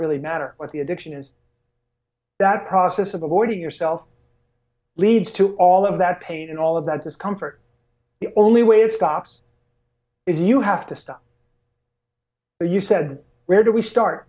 really matter what the addiction is that process of order yourself leads to all of that pain and all of that discomfort the only way it stops is you have to stop but you said where do we start